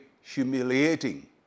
humiliating